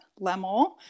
Lemel